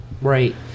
Right